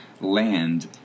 land –